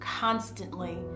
constantly